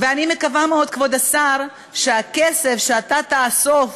ואני מקווה מאוד, כבוד השר, שבכסף שאתה תאסוף